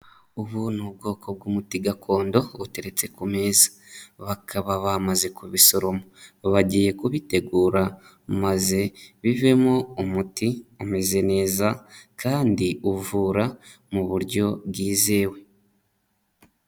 Ubu ni ubwoko bw'umuti gakondo, buteretse ku meza. Bakaba bamaze kubisoroma. Bagiye kubitegura, maze bivemo umuti umeze neza kandi uvura mu buryo bwizewe.